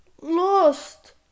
lost